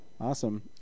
Awesome